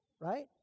right